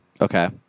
okay